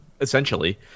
essentially